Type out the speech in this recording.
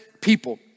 people